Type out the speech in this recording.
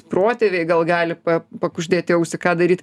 protėviai gal gali pa pakuždėt į ausį ką daryt